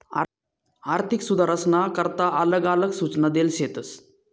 आर्थिक सुधारसना करता आलग आलग सूचना देल शेतस